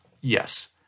Yes